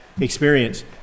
experience